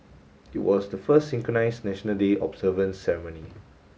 it was the first synchronised National Day observance ceremony